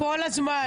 כל הזמן.